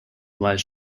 lies